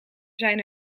zijn